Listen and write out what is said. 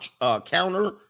counter